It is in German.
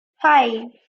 hei